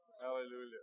Hallelujah